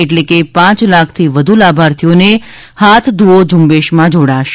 એટલે કે પાંચ લાખથી વધુ લાભાર્થીઓને હાથ ધુઓ ઝુંબેશમાં જોડાશે